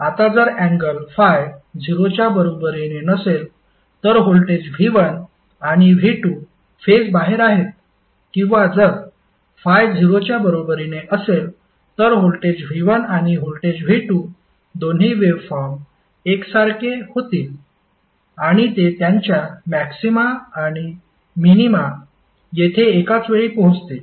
आता जर अँगल ∅ 0 च्या बरोबरीने नसेल तर व्होल्टेज v1 आणि v2 फेज बाहेर आहेत किंवा जर ∅ 0 च्या बरोबरीने असेल तर व्होल्टेज v1 आणि व्होल्टेज v2 दोन्ही वेव्हफॉर्म एकसारखे होतील आणि ते त्यांच्या मॅक्सीमा आणि मिनीमा येथे एकाच वेळी पोहोचतील